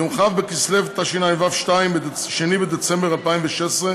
ביום כ' בכסלו תשע"ו, 2 בדצמבר 2015,